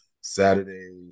saturday